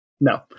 No